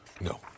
No